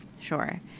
Sure